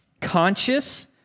conscious